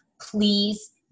Please